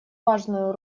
важную